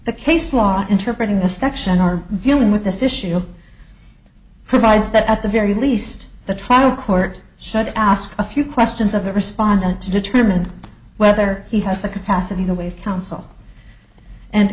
the case law interpreting the section are dealing with this issue provides that at the very least the trial court should ask a few questions of the respondent to determine whether he has the capacity to waive counsel and